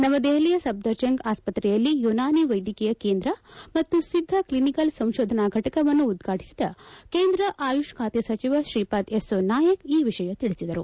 ನವದೆಹಲಿಯ ಸಫ್ದರ್ಜಂಗ್ ಆಸ್ಪತ್ರೆಯಲ್ಲಿ ಯೂನಾನಿ ವೈದ್ಯಕೀಯ ಕೇಂದ್ರ ಮತ್ತು ಸಿದ್ದ ಕ್ಲಿನಿಕಲ್ ಸಂಶೋಧನಾ ಫಟಕವನ್ನು ಉದ್ವಾಟಿಸಿದ ಕೇಂದ್ರ ಆಯುಷ್ ಖಾತೆ ಸಚಿವ ಶ್ರೀಪಾದ್ ಯೆಸ್ನೊ ನಾಯಕ್ ಈ ವಿಷಯ ತಿಳಿಸಿದರು